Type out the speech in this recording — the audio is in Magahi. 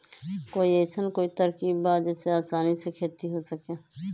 कोई अइसन कोई तरकीब बा जेसे आसानी से खेती हो सके?